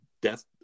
death